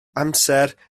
amser